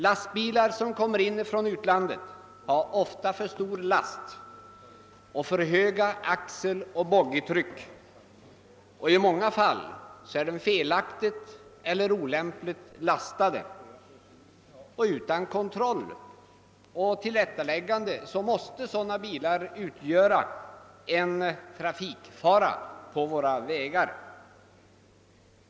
Lastbilar som kommer hit från utlandet har ofta för stor last och för höga axeloch boggitryck, och i många fall är de felaktigt eller olämpligt lastade. Utan kontroll och tillrättaläggande måste sådana bilar utgöra en trafikfara på våra vägar.